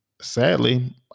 sadly